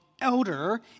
elder